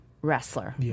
Wrestler